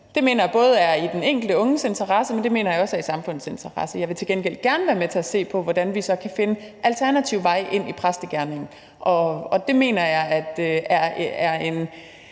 Det mener jeg både er i den enkelte unges interesse, men jeg mener også, det er i samfundets interesse. Jeg vil til gengæld gerne være med til at se på, hvordan vi så kan finde alternative veje ind i præstegerningen, og det mener jeg er et